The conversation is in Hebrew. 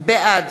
בעד